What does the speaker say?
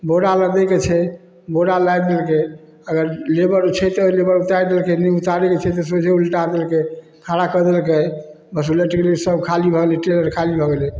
बोरा लादैके छै बोरा लादि लेलकै अगर लेबर छै तऽ लेबर उतारलकै नहि उतारैके रहै छै तऽ सोझे उलटा देलकै खड़ा कऽ देलकै बस उलटि गेलै सब खाली भऽ गेलै टेलर खाली भऽ गेलै